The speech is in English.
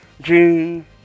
June